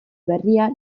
berria